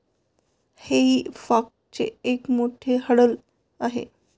हेई फॉकचे एक मोठे हँडल आहे